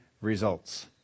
results